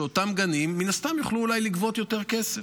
שאותם גנים מן הסתם יוכלו אולי לגבות יותר כסף.